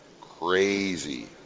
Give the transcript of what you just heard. crazy